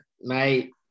mate